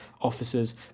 officers